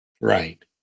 Right